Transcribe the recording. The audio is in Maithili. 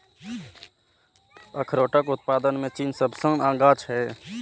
अखरोटक उत्पादन मे चीन सबसं आगां छै